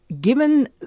Given